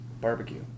Barbecue